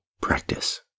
practice